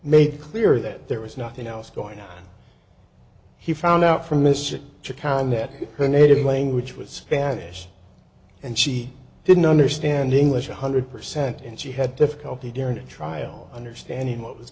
made clear that there was nothing else going on he found out from mr chick on that her native language was spanish and she didn't understand english one hundred percent and she had difficulty during the trial understanding what was